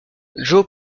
joe